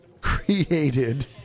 created